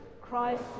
Christ